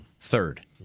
third